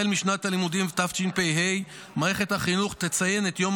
משנת הלימודים תשפ"ה מערכת החינוך תציין את יום